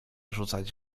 rzucać